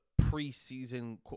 preseason